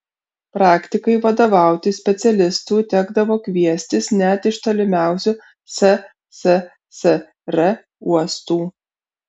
praktikai vadovauti specialistų tekdavo kviestis net iš tolimiausių sssr uostų